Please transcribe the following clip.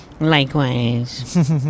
Likewise